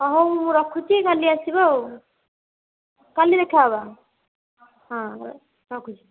ହଁ ହଉ ମୁଁ ରଖୁଛି କାଲି ଆସିବ ଆଉ କାଲି ଦେଖା ହେବା ହଁ ରଖୁଛି